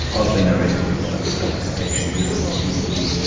i've been arrested by the state protection group in sydney,